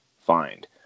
find